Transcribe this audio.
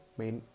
main